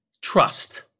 Trust